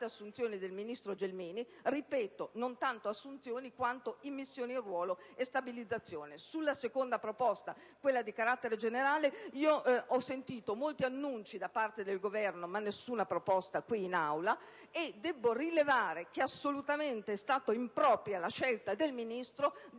attuata dal ministro Gelmini. Non si tratta tanto di assunzioni, quanto di immissioni in ruolo e stabilizzazioni. Sulla seconda proposta, quella di carattere generale, ho sentito molti annunci da parte del Governo ma nessuna proposta qui in Aula. Debbo rilevare che è stata assolutamente impropria la scelta del Ministro di